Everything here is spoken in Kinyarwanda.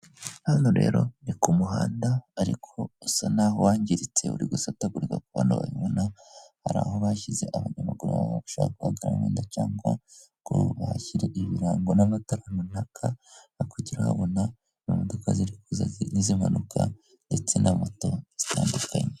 Hano rero ni ku muhanda ariko usa naho wangiritse uri gusatagurika nkuko ubibona hari aho bashyize abanyamaguru bari gushaka guhagarara wendacyangwa ngo bahashyire ibirango n'amatara runaka kugira babona imodoka ziri kuza zimanuka ndetse na moto zitandukanye.